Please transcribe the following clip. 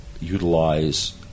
utilize